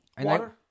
Water